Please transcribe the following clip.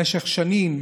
במשך שנים,